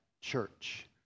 church